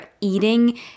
eating